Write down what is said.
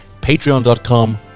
Patreon.com